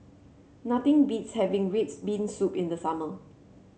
nothing beats having red bean soup in the summer